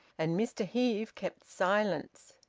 and mr heve kept silence.